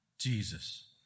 Jesus